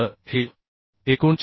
तर हे 39